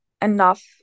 enough